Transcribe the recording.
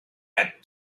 had